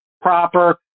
proper